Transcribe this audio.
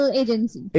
agency